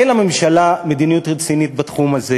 אין לממשלה מדיניות רצינית בתחום הזה.